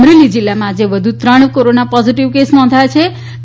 અમરેલી જિલ્લામાં આજે વધુ ત્રણ કોરોના પોઝીટીવ કેસ નોંધાથા છે